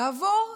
נעבור,